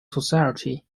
society